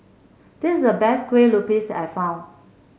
this the best Kue Lupis I found